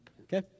Okay